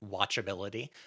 watchability